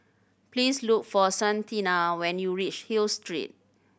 please look for Santina when you reach Hill Street